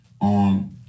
on